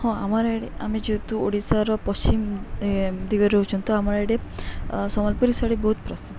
ହଁ ଆମର ଏଇଠି ଆମେ ଯେହେତୁ ଓଡ଼ିଶାର ପଶ୍ଚିମ ଦିଗରେ ରହୁଛନ୍ତି ତ ଆମର ଏଇଡ଼େ ସମ୍ବଲପୁରୀ ଶାଢ଼ୀ ବହୁତ ପ୍ରସିଦ୍ଧ